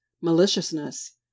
maliciousness